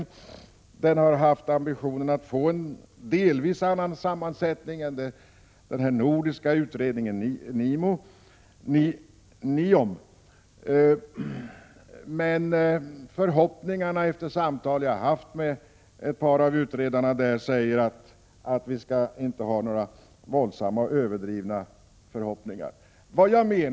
Ambitionen har varit att utredningen skall ha en delvis annan sammansättning än den nordiska institutionen NIOM. Men de samtal som jag haft med ett par av utredarna säger mig att vi inte skall ha några överdrivna förhoppningar.